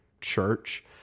church